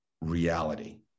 reality